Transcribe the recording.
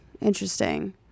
interesting